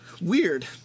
Weird